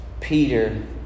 Peter